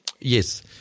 Yes